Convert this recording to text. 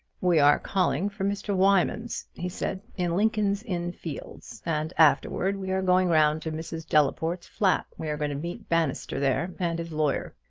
we are calling for mr. wymans, he said, in lincoln's inn fields, and afterward we are going round to mrs. delaporte's flat. we are going to meet bannister there and his lawyer.